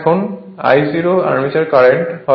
এখন এখানে Ia armature current হয়